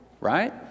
Right